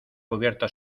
cubierta